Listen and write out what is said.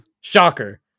Shocker